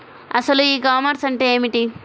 అసలు e commerce అంటే ఏమిటి?